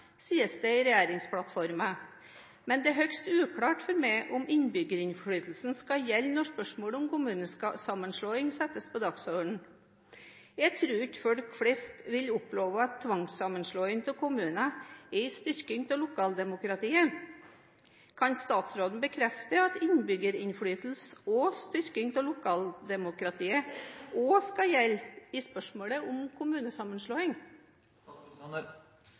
sies det i regjeringsplattformen. Men det er høyst uklart for meg om innbyggerinnflytelsen skal gjelde når spørsmålet om kommunesammenslåing settes på dagsordenen. Jeg tror ikke folk flest vil oppleve at tvangssammenslåing av kommuner er en styrking av lokaldemokratiet. Kan statsråden bekrefte at innbyggerinnflytelse og styrking av lokaldemokratiet også skal gjelde i spørsmålet om kommunesammenslåing?